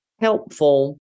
helpful